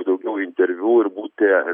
daugiau interviu ir būti